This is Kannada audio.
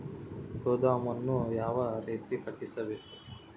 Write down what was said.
ಗೋದಾಮನ್ನು ಯಾವ ರೇತಿ ಕಟ್ಟಿಸಬೇಕು?